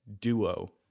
duo